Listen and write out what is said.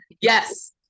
yes